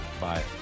Bye